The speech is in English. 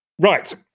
Right